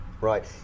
right